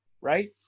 right